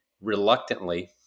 reluctantly